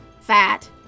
fat